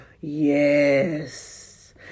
Yes